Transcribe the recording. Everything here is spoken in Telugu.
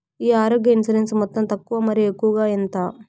ఈ ఆరోగ్య ఇన్సూరెన్సు మొత్తం తక్కువ మరియు ఎక్కువగా ఎంత?